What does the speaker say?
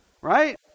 right